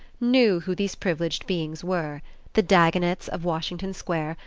knew who these privileged beings were the dagonets of washington square,